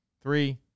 Three